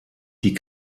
die